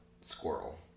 squirrel